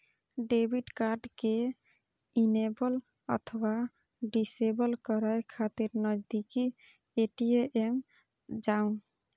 debit card कें enable अथवा disable करै खातिर नजदीकी ए.टी.एम जाउ